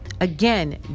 again